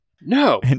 No